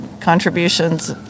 contributions